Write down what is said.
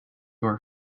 your